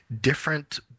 different